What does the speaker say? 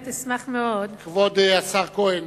כבוד השר כהן,